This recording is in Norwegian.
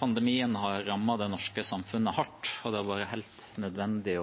Pandemien har rammet det norske samfunnet hardt, og det har vært helt nødvendig